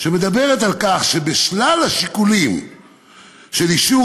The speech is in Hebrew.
שמדברת על כך שבשלל השיקולים של אישור